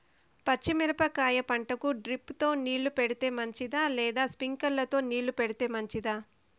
పచ్చి మిరపకాయ పంటకు డ్రిప్ తో నీళ్లు పెడితే మంచిదా లేదా స్ప్రింక్లర్లు తో నీళ్లు పెడితే మంచిదా?